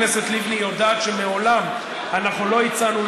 גם חברת הכנסת לבני יודעת שמעולם אנחנו לא הצענו,